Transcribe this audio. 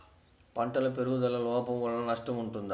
పంటల పెరుగుదల లోపం వలన నష్టము ఉంటుందా?